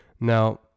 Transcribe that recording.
now